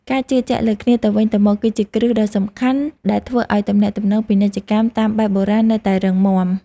ការជឿជាក់លើគ្នាទៅវិញទៅមកគឺជាគ្រឹះដ៏សំខាន់ដែលធ្វើឱ្យទំនាក់ទំនងពាណិជ្ជកម្មតាមបែបបុរាណនៅតែរឹងមាំ។